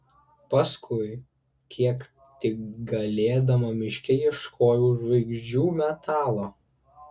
paskui kiek tik galėdama miške ieškojau žvaigždžių metalo